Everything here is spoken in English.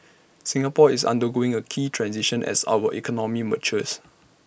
Singapore is undergoing A key transition as our economy matures